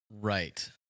Right